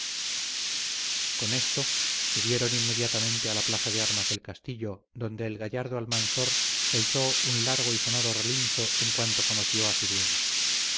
con esto subieron inmediatamente a la plaza de armas del castillo donde el gallardo almanzor soltó un largo y sonoro relincho en cuanto conoció a su dueño